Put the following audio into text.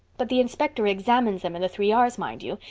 but the inspector examines them in the three r's, mind you,